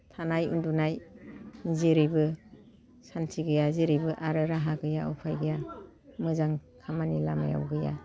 थानाय उन्दुनाय जेरैबो सानथि गैया जेरैबो आरो राहा गैया उफाय गैया मोजां खामानि लामायाव गैया